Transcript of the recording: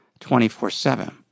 24-7